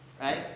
right